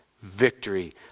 victory